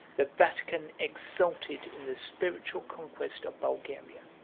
the vatican exulted in the spiritual conquest of bulgaria,